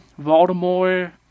Voldemort